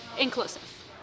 inclusive